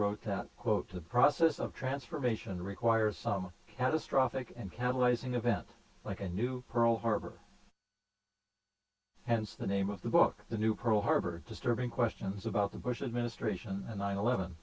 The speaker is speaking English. wrote that quote the process of transformation requires some catastrophic and catalyzing event like a new pearl harbor hence the name of the book the new pearl harbor disturbing questions about the bush administration and nine eleven